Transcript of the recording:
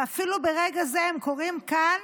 ואפילו ברגע זה הם קורים כאן,